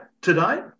today